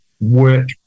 work